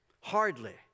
Hardly